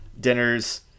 dinner's